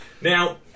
Now